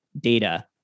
data